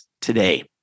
today